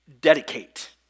Dedicate